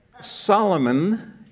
Solomon